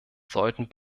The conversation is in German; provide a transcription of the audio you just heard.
sollten